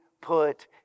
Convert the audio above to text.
put